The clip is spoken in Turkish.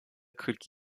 kırk